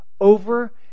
over